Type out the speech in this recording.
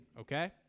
okay